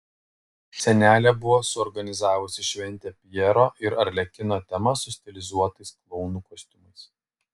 senelė buvo suorganizavusi šventę pjero ir arlekino tema su stilizuotais klounų kostiumais